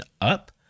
up